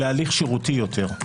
להליך שירותי יותר.